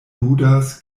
ludas